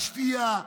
השתייה,